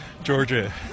Georgia